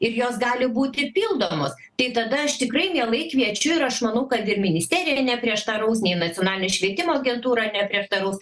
ir jos gali būti pildomos tai tada aš tikrai mielai kviečiu ir aš manau kad ir ministerija neprieštaraus nei nacionalinė švietimo agentūra neprieštaraus